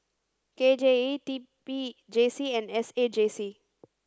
K J E T P J C and S A J C